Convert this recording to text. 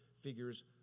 figures